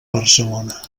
barcelona